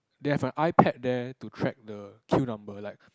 they have a iPad there to track the queue number like